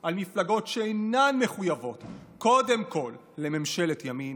טרופר, קודם כול אני מודה